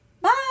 bye